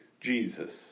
Jesus